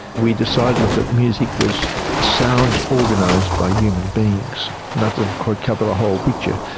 we decided that music was sound organised by human beings, and that doesn't quite cover the whole picture,